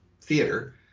theater